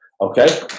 Okay